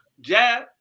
jab